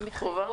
חובה.